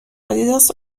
آدیداس